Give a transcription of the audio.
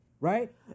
right